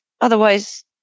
otherwise